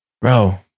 Bro